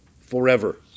forever